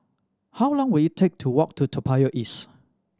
how long will it take to walk to Toa Payoh East